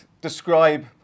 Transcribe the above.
describe